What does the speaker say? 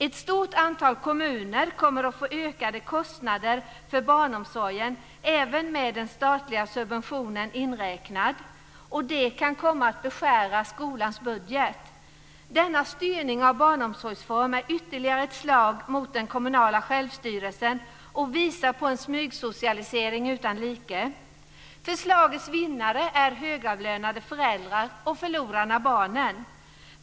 Ett stort antal kommuner kommer att få ökade kostnader för barnomsorgen även med den statliga subventionen inräknad. Det kan komma att beskära skolans budget. Denna styrning av barnomsorgsform är ytterligare ett slag mot den kommunala självstyrelsen och visar på en smygsocialisering utan like. Förslagets vinnare är högavlönade föräldrar och förlorarna barnen.